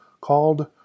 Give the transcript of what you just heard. called